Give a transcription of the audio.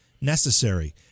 necessary